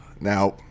Now